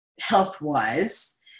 health-wise